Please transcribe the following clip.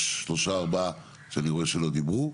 יש שלושה ארבע שאני רואה שלא דיברו,